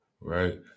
right